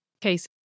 Case